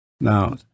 Now